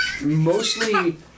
mostly